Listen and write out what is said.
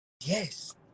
yes